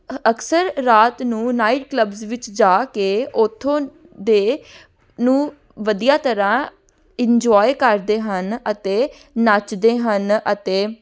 ਅਕਸਰ ਰਾਤ ਨੂੰ ਨਾਈਟ ਕਲੱਬਸ ਵਿੱਚ ਜਾ ਕੇ ਉੱਥੋਂ ਦੇ ਨੂੰ ਵਧੀਆ ਤਰ੍ਹਾਂ ਇੰਜੋਏ ਕਰਦੇ ਹਨ ਅਤੇ ਨੱਚਦੇ ਹਨ ਅਤੇ